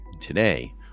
Today